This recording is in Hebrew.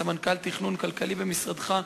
סמנכ"ל תכנון כלכלי במשרדך,